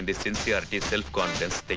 and sincerity, self confidence